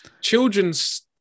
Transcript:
children's